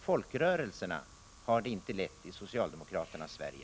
Folkrörelserna har det inte lätt i socialdemokraternas Sverige.